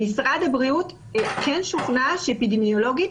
במשרד הבריאות כן שוכנעו שאפידמיולוגית